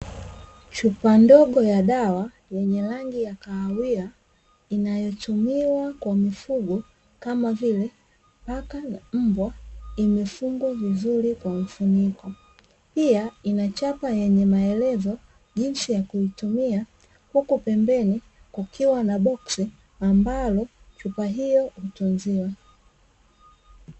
Chupa ndogo ya dawa yenye rangi ya kahawia inayotumiwa kwa mifugo kama vile: paka, mbwa, imefungwa vizuri kwa mfuniko pia inachapa yenye maelezo jinsi ya kuitumia huku pembeni kukiwa na boksi ambalo chupa hio hutunziwa .